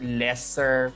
lesser